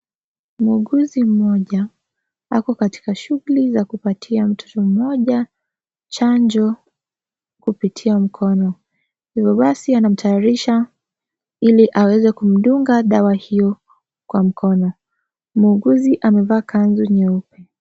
Muuguzi mmoja ako katika shughuli za kupatia mtoto mmoja chanjo kupitia mkono, hivo basi anamtayarisha ili aweze kumdunga dawa hiyo Kwa mkono. Muuguzi amevaa kanzu nyeupe.